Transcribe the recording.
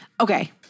Okay